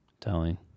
telling